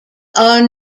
are